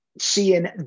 seeing